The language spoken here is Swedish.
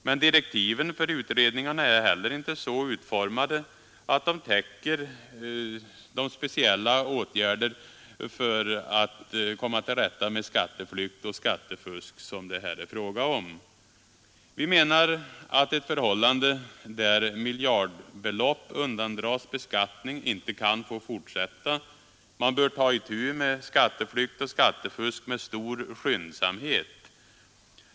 Men direktiven för utredningarna är inte heller så utformade att de täcker de speciella åtgärder för att komma till rätta med skatteflykt och skattefusk som det här är fråga om. Vi menar att ett förhållande där miljardbelopp undandras beskattning inte kan få fortsätta att råda. Man bör ta itu med skatteflykt och skattefusk med stor skyndsamhet.